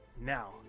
now